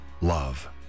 love